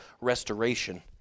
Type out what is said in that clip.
restoration